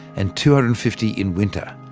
and two hundred and fifty in winter.